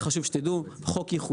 לא יעבור.